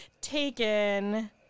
Taken